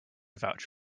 vouch